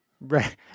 right